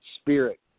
spirit